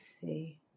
see